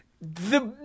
The-